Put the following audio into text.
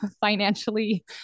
financially